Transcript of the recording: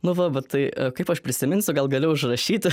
nu va va tai kaip aš prisiminsiu gal gali užrašyti